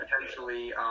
potentially